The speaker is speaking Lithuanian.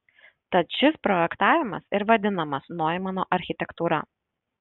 tad šis projektavimas ir vadinamas noimano architektūra